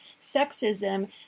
sexism